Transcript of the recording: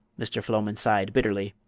mr. floman sighed bitterly.